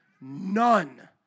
none